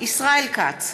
ישראל כץ,